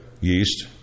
yeast